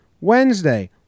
Wednesday